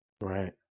Right